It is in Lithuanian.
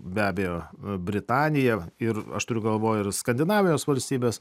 be abejo britanija ir aš turiu galvoj ir skandinavijos valstybes